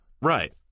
Right